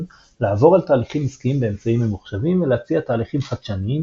לעבור על תהליכים עסקיים באמצעים ממוחשבים ולהציע תהליכים חדשניים,